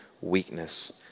weakness